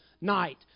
night